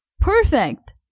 Perfect